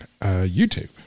YouTube